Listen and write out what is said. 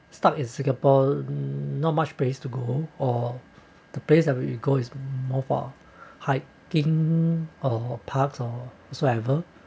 stuck in singapore not much place to go or the place that we go is mobile hiking or parks or whatsoever